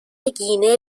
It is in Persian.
گینه